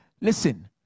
Listen